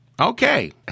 Okay